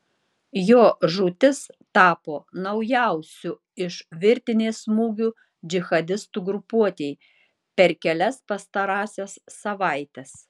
jo žūtis tapo naujausiu iš virtinės smūgių džihadistų grupuotei per kelias pastarąsias savaites